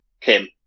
Kim